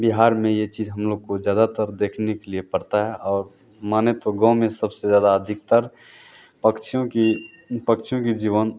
बिहार में यह चीज़ हम लोग को ज़्यादातर देखने के लिए पड़ती है और माने तो गाँव में सबसे ज़्यादा अधिकतर पक्षियों की पक्षियों की जीवन